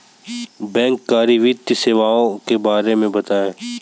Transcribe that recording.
बैंककारी वित्तीय सेवाओं के बारे में बताएँ?